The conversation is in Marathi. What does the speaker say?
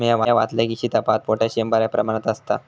म्या वाचलंय की, सीताफळात पोटॅशियम बऱ्या प्रमाणात आसता